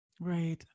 Right